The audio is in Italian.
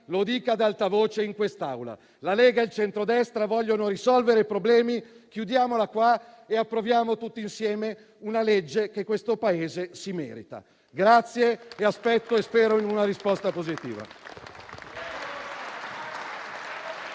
lo dica ad alta voce in questa Aula. La Lega e il centrodestra vogliono risolvere i problemi. Chiudiamo qui la questione e approviamo tutti insieme la legge che questo Paese si merita. Vi ringrazio e aspetto e spero una risposta positiva.